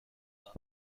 love